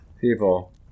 people